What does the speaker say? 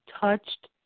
touched